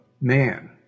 man